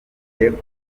bintu